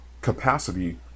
capacity